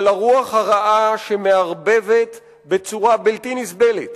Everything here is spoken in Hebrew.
על הרוח הרעה שמערבבת בצורה בלתי נסבלת